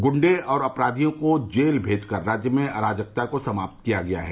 गुंडे और अपराधियों को जेल भेजकर राज्य में अराजकता को समाप्त किया गया है